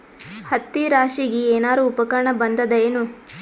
ಹತ್ತಿ ರಾಶಿಗಿ ಏನಾರು ಉಪಕರಣ ಬಂದದ ಏನು?